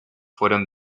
fueron